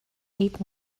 eight